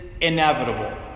inevitable